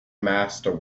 master